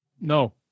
No